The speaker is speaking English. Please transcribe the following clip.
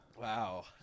Wow